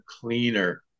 cleaner